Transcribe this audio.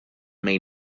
may